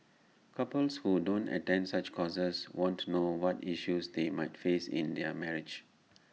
couples who don't attend such courses won't know what issues they might face in their marriage